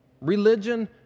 religion